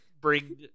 Bring